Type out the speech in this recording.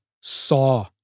saw